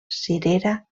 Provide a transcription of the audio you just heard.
cirera